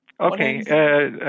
Okay